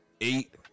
eight